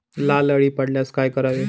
लाल अळी पडल्यास काय करावे?